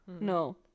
No